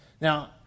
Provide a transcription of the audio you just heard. Now